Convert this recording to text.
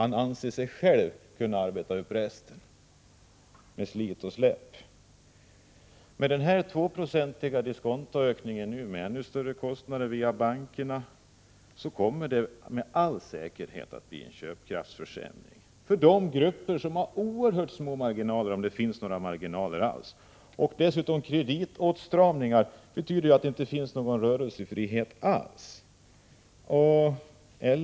Han anser sig själv kunna arbeta upp resten med slit och släp. Med den 2-procentiga diskontohöjningen och ännu större kostnadsökningar via bankernas räntehöjningar kommer han med all säkerhet att få en köpkraftsförsämring. Och detta gäller för grupper som har oerhört små marginaler, om de har några alls. Med kreditåtstramningar därtill betyder det att det inte finns någon rörelsefrihet alls.